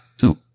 two